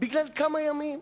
בגלל כמה ימים.